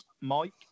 Mike